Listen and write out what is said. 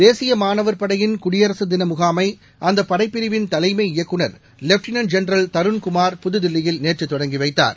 தேசிய மாணவர் படையின் குடியரசுதின முகாமை அந்தப்படைப் பிரிவின் தலைமை இயக்குநர் லெட்டினன்ட் ஜென்ரல் தருண்குமார் புதுதில்லியில் நேற்று தொடங்கி வைத்தார்